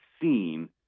seen